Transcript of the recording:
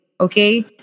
okay